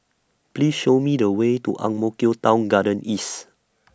Please Show Me The Way to Ang Mo Kio Town Garden East